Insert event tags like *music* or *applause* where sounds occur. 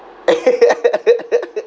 *laughs*